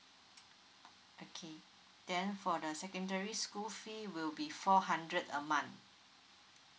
okay then for the secondary school fee will be four hundred a month